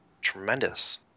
tremendous